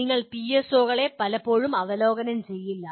നിങ്ങൾ പിഎസ്ഒകളെ പലപ്പോഴും അവലോകനം ചെയ്യില്ല